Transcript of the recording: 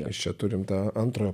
mes čia turim tą antrą